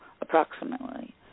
approximately